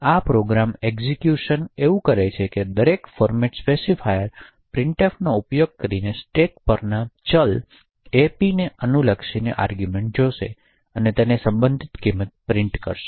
આ program execute એ છે કે આ દરેક ફોર્મેટ સ્પેસિફાયર પ્રિન્ટફને ઉપયોગ કરીને સ્ટેક પરના ચલ ap અનુલક્ષે આર્ગૂમેંટ જોશે અને સંબંધિત કિંમત પ્રિન્ટ કરશે